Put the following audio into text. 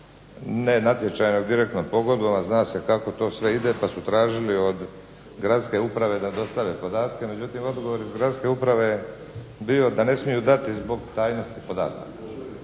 ne natječaja nego direktno pogodovan, zna se kako to sve ide, pa su tražili od gradske uprave da dostave podatke, međutim odgovor iz gradske uprave je bio da ne smiju dati zbog tajnosti podataka,